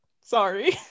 Sorry